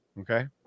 Okay